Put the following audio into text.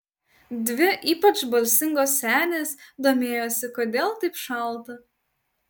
dvi ypač balsingos senės domėjosi kodėl taip šalta